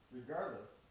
regardless